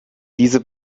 diese